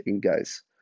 guys